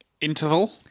Interval